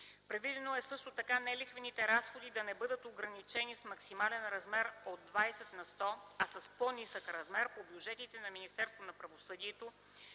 Предвидено е също така нелихвените разходи да не бъдат ограничени с максималния размер от 20 на сто, а с по-нисък размер, по бюджетите на Министерството на правосъдието,